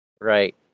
Right